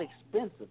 expensive